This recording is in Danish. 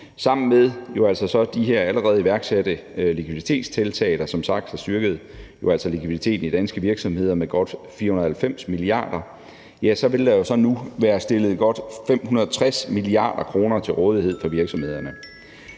Sammen med de her allerede iværksatte likviditetstiltag, der som sagt har styrket likviditeten i danske virksomheder med godt 490 mia. kr., vil der så nu være stillet godt 560 mia. kr. til rådighed for virksomhederne.